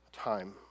time